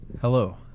Hello